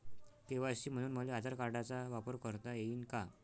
KYC म्हनून मले आधार कार्डाचा वापर करता येईन का?